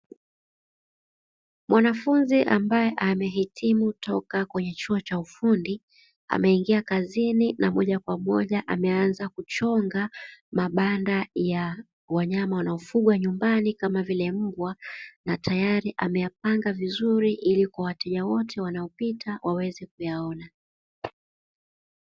Mwanafunzi ambaye amehitimu toka kwenye chuo cha ufundi, ameingia kazini na moja kwa moja ameanza kuchonga mabanda ya wanyama wanaofugwa nyumbani, kama vile mbwa na tayari ameyapanga vizuri, ili kwa wateja wote wanaopita waweze kuyaona.